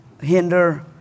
hinder